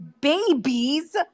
babies